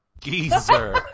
geezer